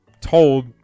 told